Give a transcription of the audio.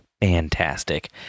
fantastic